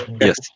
Yes